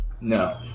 No